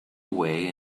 away